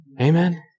Amen